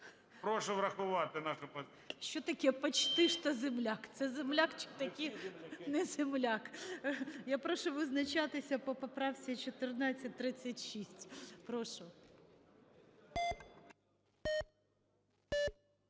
Прошу врахувати нашу… ГОЛОВУЮЧИЙ. Що таке почти что земляк? Це земляк чи таки не земляк? Я прошу визначатися по поправці 1436. Прошу.